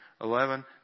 11